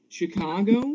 Chicago